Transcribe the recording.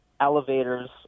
elevators